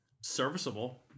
serviceable